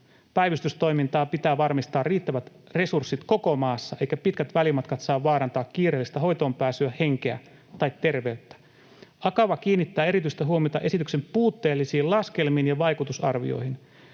Päivystystoimintaan pitää varmistaa riittävät resurssit koko maassa, eivätkä pitkät välimatkat saa vaarantaa kiireellistä hoitoonpääsyä, henkeä tai terveyttä. Akava kiinnittää erityistä huomiota esityksen puutteellisiin laskelmiin ja vaikutusarvioihin.